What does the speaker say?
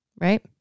Right